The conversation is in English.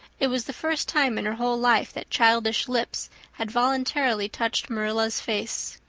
it was the first time in her whole life that childish lips had voluntarily touched marilla's face.